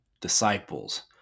disciples